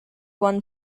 one